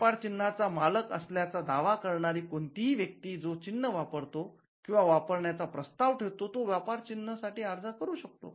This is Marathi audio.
व्यापार चिन्हाचा मालक असल्याचा दावा करणारी कोणतीही व्यक्ती जो चिन्ह वापरतो किंवा वापरण्याचा प्रस्ताव ठेवतो तो व्यापार चिन्ह साठी अर्ज करू शकतो